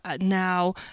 now